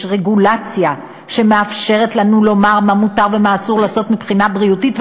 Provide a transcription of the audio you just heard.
יש רגולציה שמאפשרת לנו לומר מה מותר ומה אסור לעשות מבחינה בריאותית,